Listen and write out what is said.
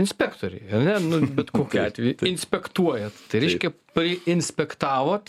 inspektoriai ane nu bet kokiu atveju inspektuojat tai reiškia pai inspektavot